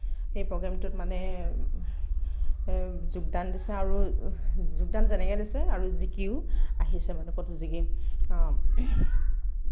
সেই প্ৰগ্ৰেমটোত মানে যোগদান দিছে আৰু যোগদান যেনেকে দিছে আৰু জিকিও আহিছে মানে প্ৰতিযোগী